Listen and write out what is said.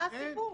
מה הסיפור?